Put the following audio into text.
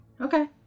Okay